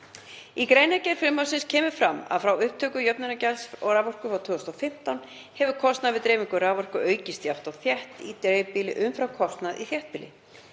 Í greinargerð frumvarpsins kemur fram að frá upptöku jöfnunargjalds raforku árið 2015 hefur kostnaður við dreifingu raforku aukist jafnt og þétt í dreifbýli umfram kostnað í þéttbýli.